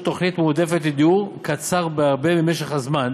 תוכנית מועדפת לדיור קצר בהרבה ממשך הזמן